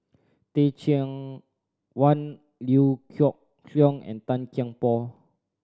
Teh Cheang Wan Liew Geok Leong and Tan Kian Por